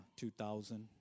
2000